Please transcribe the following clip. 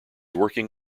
working